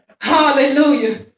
hallelujah